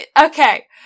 Okay